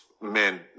men